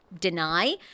deny